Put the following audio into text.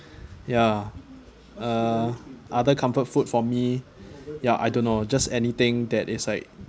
ya uh other comfort food for me ya I don't know just anything that is like